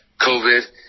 COVID